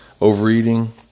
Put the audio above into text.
Overeating